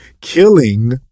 killing